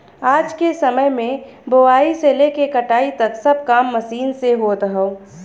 आज के समय में बोआई से लेके कटाई तक सब काम मशीन से होत हौ